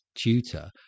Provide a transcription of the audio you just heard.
tutor